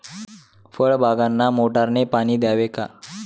फळबागांना मोटारने पाणी द्यावे का?